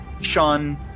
Sean